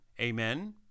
Amen